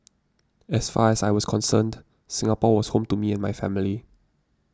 as far as I was concerned Singapore was home to me and my family